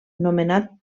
nomenat